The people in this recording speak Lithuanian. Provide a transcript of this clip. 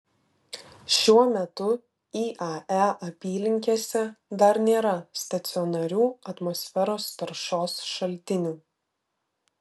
šiuo metu iae apylinkėse dar nėra stacionarių atmosferos taršos šaltinių